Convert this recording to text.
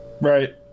right